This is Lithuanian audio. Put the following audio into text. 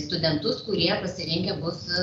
studentus kurie pasirengę bus